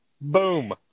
Boom